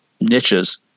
niches